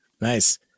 Nice